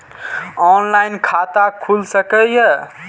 Online खाता खुल सके ये?